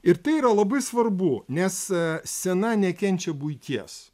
ir tai yra labai svarbu nes scena nekenčia buities